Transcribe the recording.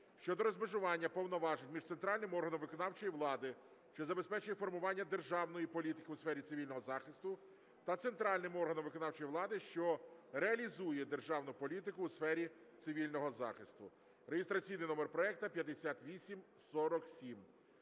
щодо розмежування повноважень між центральним органом виконавчої влади, що забезпечує формування державної політики у сфері політики цивільного захисту, та центральним органом виконавчої влади, що реалізує державну політику у сфері цивільного захисту (реєстраційний номер проекту 5847).